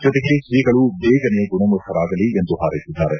ಜೊತೆಗೆ ಶ್ರೀಗಳು ಬೇಗನೆ ಗುಣಮುಖರಾಗಲಿ ಎಂದು ಹಾರೈಸಿದ್ದಾರೆ